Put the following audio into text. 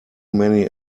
many